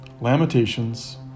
Lamentations